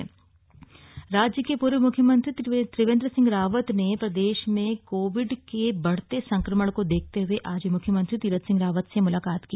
मुलाकात राज्य के पूर्व मुख्यमंत्री त्रिवेंद्र सिंह रावत ने प्रदेश में कोविड के बढ़ते संक्रमण को देखते हुए आज मुख्यमंत्री तीरथ सिंह रावत से मुलाकात की